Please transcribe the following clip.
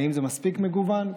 האם זה מספיק מגוון?